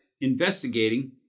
Investigating